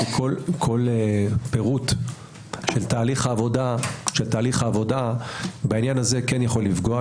כל פירוט של תהליך העבודה בעניין הזה כן יכול לפגוע.